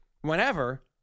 whenever